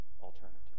alternative